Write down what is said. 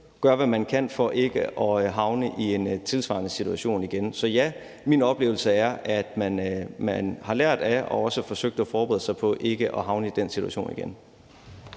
gør, hvad man kan for ikke at havne i en tilsvarende situation igen. Så ja, min oplevelse er, at man har lært af det og også forsøgt at forberede sig på ikke at havne i den situation igen.